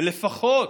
ולפחות